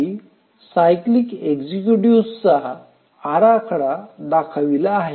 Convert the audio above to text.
खाली सायकलिक एक्झिक्यूटिव्हचा आराखडा दाखविला आहे